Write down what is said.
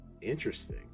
Interesting